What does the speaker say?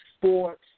sports